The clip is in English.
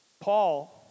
Paul